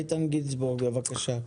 איתן גינזבורג, בבקשה.